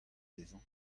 dezhañ